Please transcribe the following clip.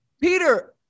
Peter